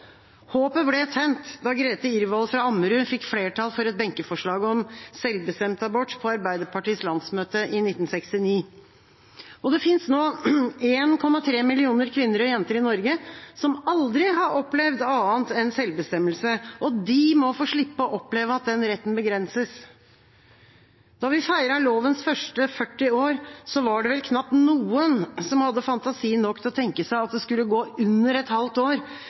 Håpet ble tent da Grethe Irvoll fra Ammerud fikk flertall for et benkeforslag om selvbestemt abort, på Arbeiderpartiets landsmøte i 1969. Det finnes nå 1,3 millioner kvinner og jenter i Norge, som aldri har opplevd annet enn selvbestemmelse. De må få slippe å oppleve at den retten begrenses. Da vi feiret lovens første 40 år, var det knapt noen som hadde fantasi nok til å tenke seg at det skulle gå under et halvt år